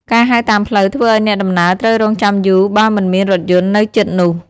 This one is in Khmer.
ការហៅតាមផ្លូវធ្វើឱ្យអ្នកដំណើរត្រូវរង់ចាំយូរបើមិនមានរថយន្តនៅជិតនោះ។